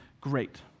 Great